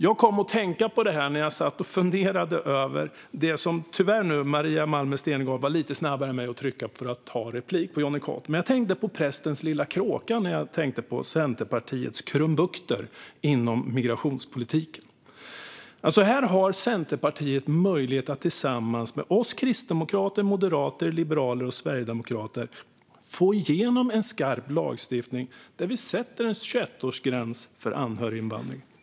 Jag kom att tänka på detta när jag satt och funderade när, tyvärr, Maria Malmer Stenergard var lite snabbare än jag på att begära replik på Jonny Cato. Jag tänkte på Prästens lilla kråka när jag reflekterade över Centerpartiets krumbukter inom migrationspolitiken. Här har Centerpartiet möjlighet att tillsammans med oss kristdemokrater, moderater, liberaler och sverigedemokrater få igenom en skarp lagstiftning där vi sätter en 21-årsgräns för anhöriginvandring.